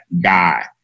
guy